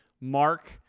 mark